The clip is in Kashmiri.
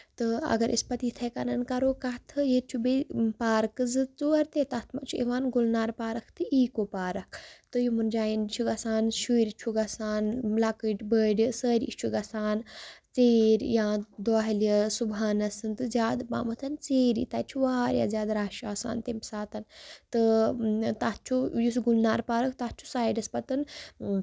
تہٕ اَگر أسۍ پَتہٕ یِتھٕے کَنۍ کرو کَتھٕ ییٚتہِ چھُ بیٚیہِ پارکہٕ زٕ ژور تہِ تَتھ منٛز چھُ یِوان گُلنار پارٕک تہٕ ایٖکو پارَک تہٕ یِمن جاین چھِ گژھان شُرۍ چھُ گژھان لۄکٔٹۍ بٔڑۍ سٲری چھُ گژھان ژِیٖر یا دۄہلی صبُححنَس تہٕ زیادٕ پَہمت ژیٖری تَتہِ چھُ واریاہ زیادٕ رَش آسان تمہِ ساتہٕ تہٕ تَتھ چھُ یُس گُلنار پارَک تَتھ چھُ سایڈَس پَتہٕ